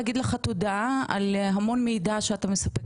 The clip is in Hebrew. להגיד לך תודה על המידע הרב שאתה מספק